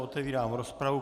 Otevírám rozpravu.